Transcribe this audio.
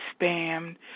spammed